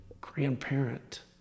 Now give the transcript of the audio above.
grandparent